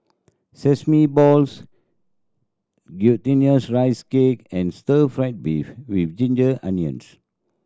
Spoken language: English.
sesame balls Glutinous Rice Cake and stir fried beef with ginger onions